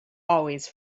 always